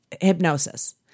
hypnosis